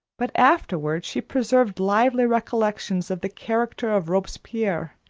but afterward she preserved lively recollections of the character of robespierre,